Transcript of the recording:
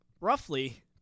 roughly